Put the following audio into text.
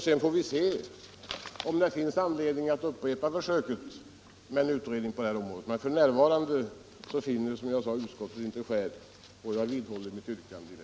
Sedan får vi se om det är anledning att upprepa försöket med en utredning på det här området. F.n. finner, som jag sade, utskottet inget skäl till detta, och jag vidhåller mitt yrkande.